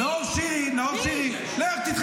מי יחליף את הפצועים?